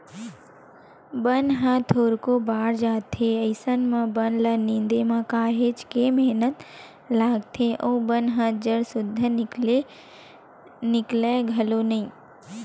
बन ह थोरको बाड़ जाथे अइसन म बन ल निंदे म काहेच के मेहनत लागथे अउ बन ह जर सुद्दा निकलय घलोक नइ